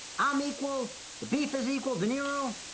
um equal, the beef is equal, de niro.